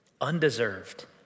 undeserved